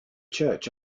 church